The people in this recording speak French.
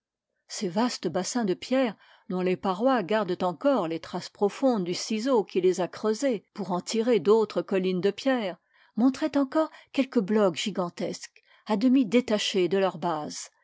ces vastes bassins de pierre dont les parois gardent encore les traces profondes du ciseau qui les a creusées pour en tirer d'autres collines de pierre montraient encore quelques blocs gigantesques à demi détachés de leur base